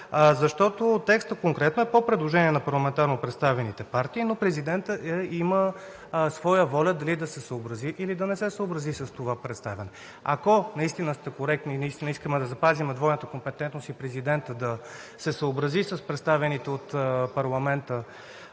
защото текстът конкретно е по предложение на парламентарно представените партии, но президентът има своя воля дали да се съобрази, или да не се съобрази с това представяне. Ако наистина сте коректни и искаме да запазим двойната компетентност, а и президентът да се съобрази с представените от парламента